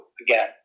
again